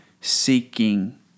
seeking